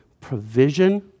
provision